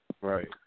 Right